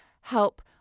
help